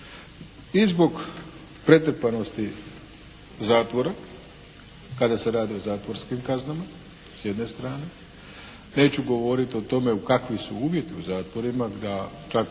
I zbog pretrpanosti zatvora, kada se radi o zatvorskim kaznama, s jedne strane. Neću govoriti o tome u kakvim su uvjetima u zatvorima, da čak